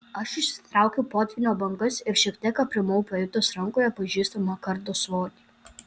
aš išsitraukiau potvynio bangas ir šiek tiek aprimau pajutęs rankoje pažįstamą kardo svorį